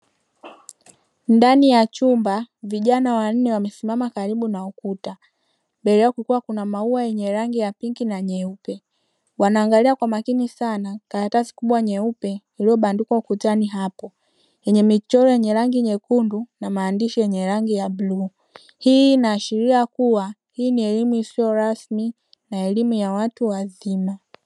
Ndani ya chumba vijana wanne wamesimama karibu na ukuta mbele yao kukiwa na mauwa yenye rangi ya pinki, nyekundu na nyeupe, wanaangalia kwa makini sana karatasi kubwa nyeupe iliyobandikwa ukutani hapo yenye michoro yenye rangi nyekundu na maandishi yenye rangi ya bluu, hii inaashiria kuwa hii ni elimu isiyo rasmi na elimu ya watu wazima.